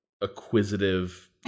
acquisitive